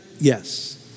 Yes